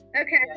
Okay